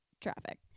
Traffic